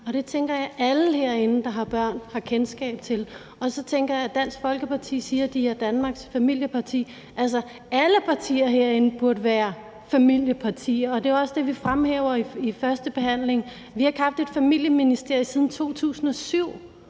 og det tænker jeg alle herinde, der har børn, har kendskab til. Og så siger Dansk Folkeparti, at de er Danmarks familieparti, men alle partier herinde burde være familiepartier. Det var også det, vi fremhævede under førstebehandlingen. Vi har ikke haft et familieministerium siden 2007,